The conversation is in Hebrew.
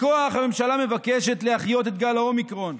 בכוח הממשלה מבקשת להחיות את גל האומיקרון,